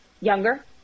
younger